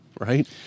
right